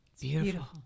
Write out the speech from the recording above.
Beautiful